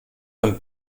von